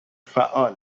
فعال